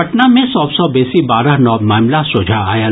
पटना मे सभ सॅ बेसी बारह नव मामिला सोझा आयल